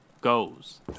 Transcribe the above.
goes